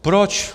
Proč?